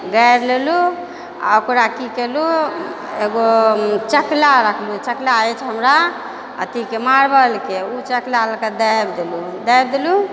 गाड़ि लेलहुँ आओर ओकरा की केलहुँ एगो चकला राखलहुँ चकला अछि हमरा अथीके मार्वलके ओ चकला लऽ कऽ दाबि देलहुँ दाबि देलहुँ